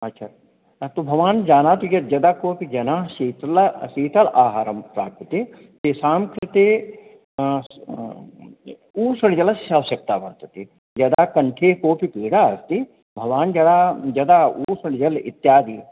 अच्छा तु भवान् जानाति किं यदा कोपि जनाः शीतलं शीतल आहारं प्राप्यते तेषां कृते उष्णजलस्य आवश्यकता वर्तते यदा कण्ठे कोपि पीडा अस्ति भवान् यदा यदा उष्णजलम् इत्यादि